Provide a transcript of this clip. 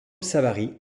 savary